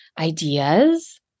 ideas